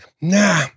Nah